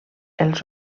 els